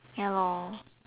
ya lor